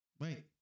wait